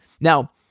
Now